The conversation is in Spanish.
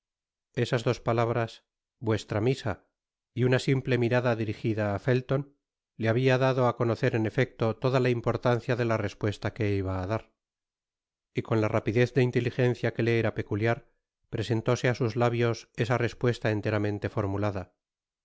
esas dos palabras vuestra misa y una simple mirada dirigida á felton le habia dado a conocer en efecto toda la importancia de la respuesta que iba á dar j y con la rapidez de inteligencia que le era peculiar presentóse á sus labios esa respuesta enteramente formulada i